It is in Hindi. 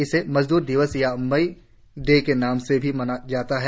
इसे मजद्र दिवस या मई दिवस के नाम से भी जाना जाता है